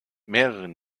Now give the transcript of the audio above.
mehreren